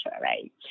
right